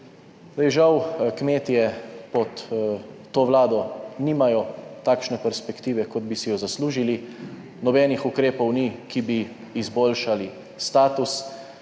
žal kmetje pod to Vlado nimajo takšne perspektive kot bi si jo zaslužili. Nobenih ukrepov ni, ki bi izboljšali status.